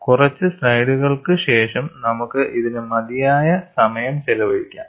കുറച്ച് സ്ലൈഡുകൾക്കു ശേഷം നമുക്ക് ഇതിന് മതിയായ സമയം ചെലവഴിക്കാം